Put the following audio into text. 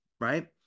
Right